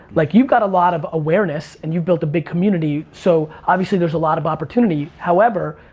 like, you've got a lot of awareness and you've built a big community. so, obviously there's a lot of opportunity. however,